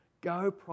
Go